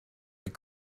like